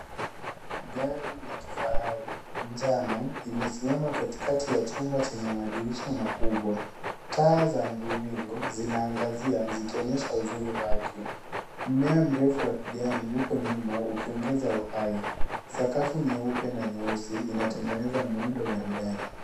Gari la kifahari, njano imesimama katikati ya chumba chenye madirisha makubwa. Taa za mviringo zinaangazia zikionyesha uzuri wake. Mmea mrefu wa kijani uko nyuma ukiongeza uhai .Sakafu nyeupe na nyeusi inatengeneza muundo maridadi.